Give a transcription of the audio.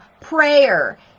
prayer